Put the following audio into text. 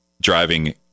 driving